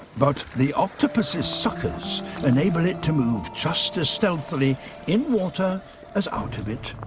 but the octopus's suckers enable it to move just as stealthily in water as out of it.